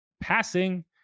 passing